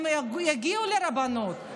הם יגיעו לרבנות.